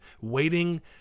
waiting